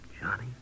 Johnny